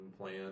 plan